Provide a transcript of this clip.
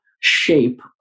shape